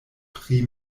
pri